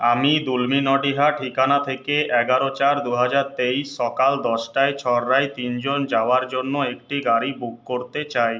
আমি ডুলবি নডিহা ঠিকানা থেকে এগারো চার দুহাজার তেইশ সকাল দশটায় ছড়রায় তিনজন যাওয়ার জন্য একটি গাড়ি বুক করতে চাই